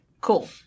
Cool